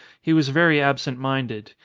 he was very absent-minded.